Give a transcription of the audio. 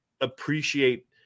appreciate